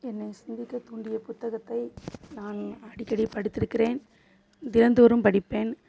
என்னை சிந்திக்க தூண்டிய புத்தகத்தை நான் அடிக்கடி படித்திருக்கிறேன் தினந்தோறும் படிப்பேன்